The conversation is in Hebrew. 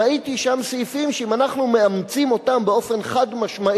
ראיתי שם סעיפים שאם אנחנו מאמצים אותם באופן חד-משמעי,